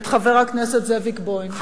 את חבר הכנסת זאביק בוים.